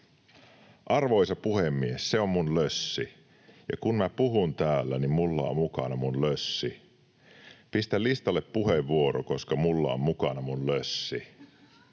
Arvoisa puhemies! Se on mun lössi. Ja kun mä puhun täällä, niin mulla on mukana mun lössi. Pistä listalle puheenvuoro, koska mulla on mukana mun lössi.